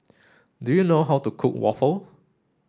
do you know how to cook waffle